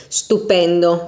stupendo